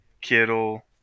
Kittle